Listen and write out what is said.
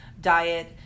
diet